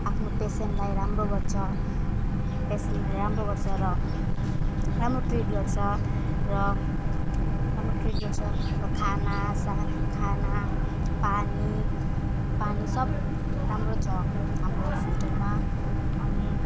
आफ्नो पेसेन्टलाई राम्रो गर्छ पेसेन्टलाई राम्रो गर्छ र राम्रो ट्रिट गर्छ र राम्रो ट्रिट गर्छ र खाना सा खाना पानी पानी सब राम्रो छ हाम्रो हस्पिटलमा अनि